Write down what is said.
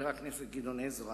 לחבר הכנסת גדעון עזרא